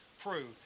prove